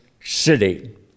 city